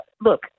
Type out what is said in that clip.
look